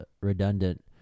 redundant